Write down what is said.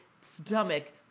stomach